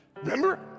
Remember